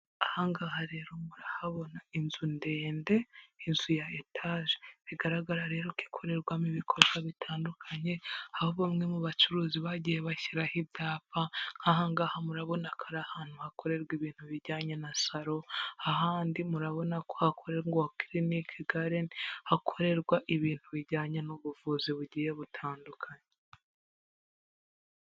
Aha ngaha rero murahabona inzu ndende, inzu ya etaje bigaragara rero ikorerwamo ibikorwa bitandukanye, aho bamwe mu bacuruzi bagiye bashyiraho ibyapa, nk'aha ngaha murabona ko ari ahantu hakorerwa ibintu bijyanye na salo, ahandi murabona ko hakorerwa kilinike gadeni, hakorerwa ibintu bijyanye n'ubuvuzi bugiye butandukanye.